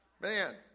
man